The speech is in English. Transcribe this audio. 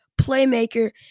playmaker